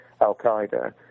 Al-Qaeda